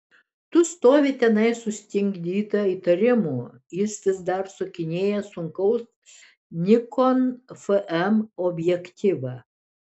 tu stovi tenai sustingdyta įtarimų jis vis dar sukinėja sunkaus nikon fm objektyvą